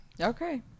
Okay